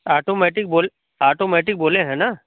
automatic बोल automatic बोले हैं ना